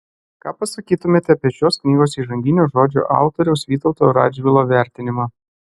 ką pasakytumėte apie šios knygos įžanginio žodžio autoriaus vytauto radžvilo vertinimą